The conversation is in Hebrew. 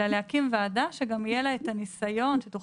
אלא להקים ועדה שגם יהיה לה את הניסיון ותוכל